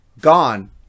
Gone